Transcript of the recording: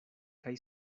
kaj